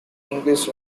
english